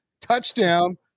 touchdown